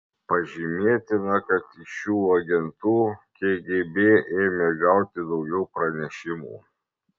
pažymėtina kad iš šių agentų kgb ėmė gauti daugiau pranešimų